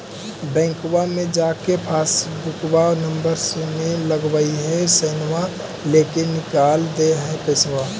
बैंकवा मे जा के पासबुकवा नम्बर मे लगवहिऐ सैनवा लेके निकाल दे है पैसवा?